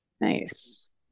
Nice